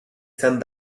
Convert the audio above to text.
san